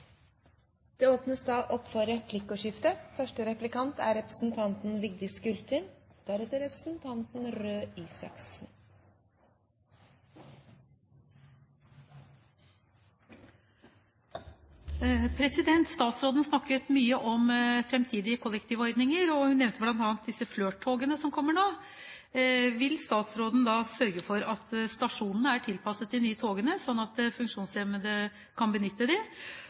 Det åpnes for replikkordskifte. Statsråden snakket mye om fremtidige kollektivordninger, og hun nevnte bl.a. disse Flirt-togene som kommer nå. Vil statsråden sørge for at stasjonene er tilpasset de nye togene, så de funksjonshemmede kan benytte dem? Vil det